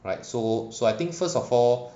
alright so so I think first of all